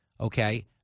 Okay